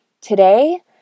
Today